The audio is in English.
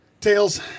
Tails